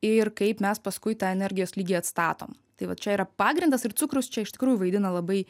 ir kaip mes paskui tą energijos lygį atstatom tai vat čia yra pagrindas ir cukrus čia iš tikrųjų vaidina labai